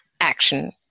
action